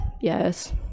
yes